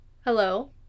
Hello